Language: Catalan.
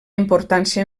importància